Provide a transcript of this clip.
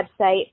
website